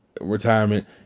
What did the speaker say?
retirement